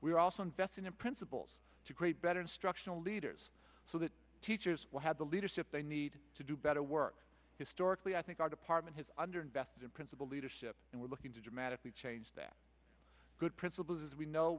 are also investing in principals to create better instructional leaders so that teachers will have the leadership they need to do better work historically i think our department has under invested in principal leadership and we're looking to dramatically change that good principals as we know